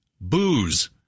booze